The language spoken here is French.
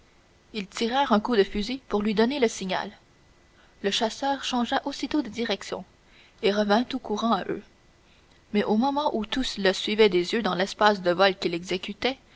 ils tirèrent un coup de fusil pour lui donner le signal le chasseur changea aussitôt de direction et revint tout courant à eux mais au moment où tous le suivaient des yeux dans l'espèce de vol qu'il